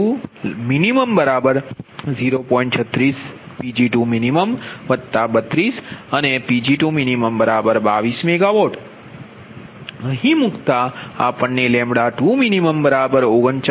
36Pg2min32 અને Pg2min22MW અહીં મૂકતા આપણે 22min39